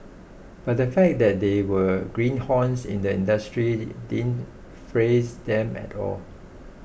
but the fact that they were greenhorns in the industry didn't faze them at all